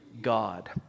God